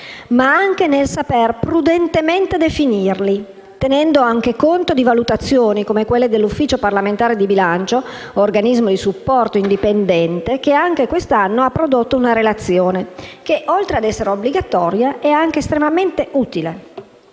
ma anche nel saper prudentemente definirli, tenendo conto di valutazioni, come quelle dell'Ufficio parlamentare di bilancio, organismo di supporto indipendente, che pure quest'anno ha prodotto una relazione che, oltre a essere obbligatoria, è anche estremamente utile.